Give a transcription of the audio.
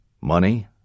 Money